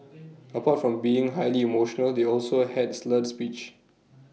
apart from being highly emotional they also had slurred speech